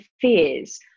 fears